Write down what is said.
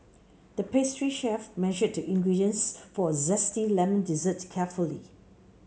the pastry chef measured the ingredients for a zesty lemon dessert carefully